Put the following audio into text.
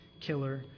killer